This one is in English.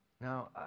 Now